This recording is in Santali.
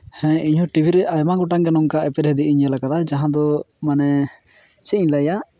ᱦᱮᱸ ᱤᱧᱦᱚᱸ ᱴᱤᱵᱷᱤᱨᱮ ᱟᱭᱢᱟ ᱜᱚᱴᱟᱝ ᱜᱮ ᱱᱚᱝᱠᱟ ᱮᱯᱮᱨ ᱦᱮᱸᱰᱮᱡ ᱤᱧ ᱧᱮᱞ ᱟᱠᱟᱫᱟ ᱡᱟᱦᱟᱸ ᱫᱚ ᱢᱟᱱᱮ ᱪᱮᱫ ᱤᱧ ᱞᱟᱹᱭᱟ